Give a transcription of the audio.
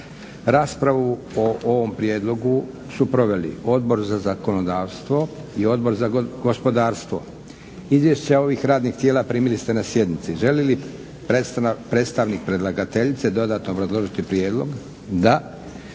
Raspravu o ovom prijedlogu su proveli Odbor za zakonodavstvo i Odbor za gospodarstvo. Izvješća ovih radnih tijela primili ste na sjednici. Želi li predstavnik predlagateljice dodatno obrazložiti prijedlog? Da.